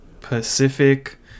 Pacific